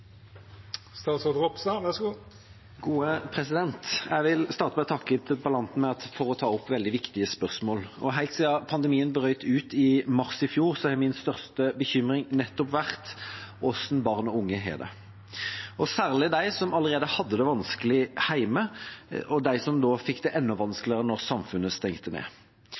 Jeg vil starte med å takke interpellanten for å ta opp veldig viktige spørsmål. Helt siden pandemien brøt ut i mars i fjor, har min største bekymring nettopp vært hvordan barn og unge har det, og særlig de som allerede hadde det vanskelig hjemme, og som fikk det enda vanskeligere da samfunnet stengte ned.